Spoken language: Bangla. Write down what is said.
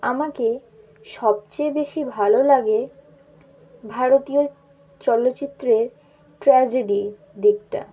আমাকে সবচেয়ে বেশি ভালো লাগে ভারতীয় চলচ্চিত্রের ট্র্যাজেডি দিকটা